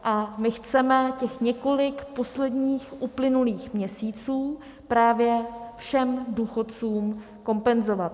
A my chceme těch několik posledních uplynulých měsíců právě všem důchodcům kompenzovat.